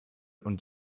und